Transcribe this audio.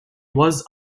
was